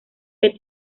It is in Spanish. que